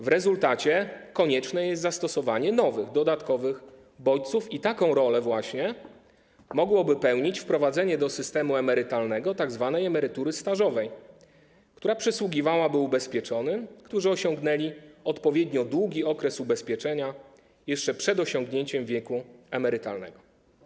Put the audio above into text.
W rezultacie konieczne jest zastosowanie nowych, dodatkowych bodźców i taką rolę właśnie mogłoby pełnić wprowadzenie do systemu emerytalnego tzw. emerytury stażowej, która przysługiwałaby ubezpieczonym, którzy osiągnęli odpowiednio długi okres ubezpieczenia jeszcze przed osiągnięciem wieku emerytalnego.